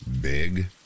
Big